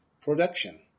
production